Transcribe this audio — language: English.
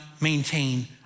maintain